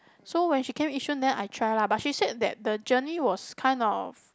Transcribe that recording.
so when she came Yishun then I try lah but she said that the journey was kind of